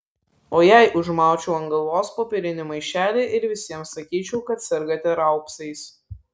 o jei užmaučiau ant galvos popierinį maišelį ir visiems sakyčiau kad sergate raupsais